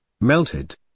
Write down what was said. melted